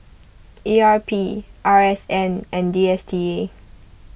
E R P R S N and D S T A